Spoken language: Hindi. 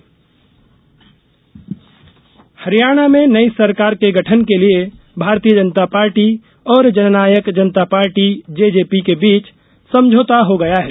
सरकार गठन हरियाणा में नई सरकार के गठन के लिए भारतीय जनता पार्टी और जननायक जनता पार्टी जेजेपी के बीच समझौता हो गया है